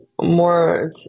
more